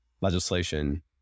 legislation